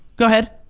go ahead.